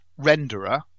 renderer